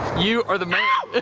you are the man.